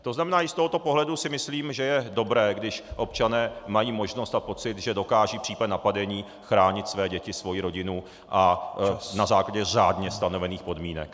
To znamená i z tohoto pohledu si myslím, že je dobré, když občané mají možnost a pocit, že dokážou v případě napadení chránit své děti, svoji rodinu, a na základě řádně stanovených podmínek.